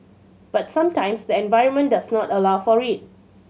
but sometimes the environment does not allow for it